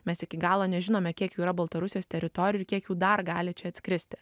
mes iki galo nežinome kiek jų yra baltarusijos teritorijoj ir kiek jų dar gali čia atskristi